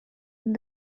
and